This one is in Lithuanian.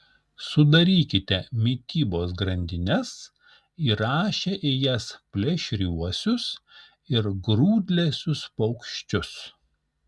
sudarykite mitybos grandines įrašę į jas plėšriuosius ir grūdlesius paukščius